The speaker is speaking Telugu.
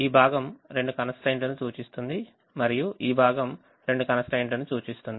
ఈ భాగం రెండు constraints లను సూచిస్తుంది మరియు ఈ భాగం రెండు constraints లను సూచిస్తుంది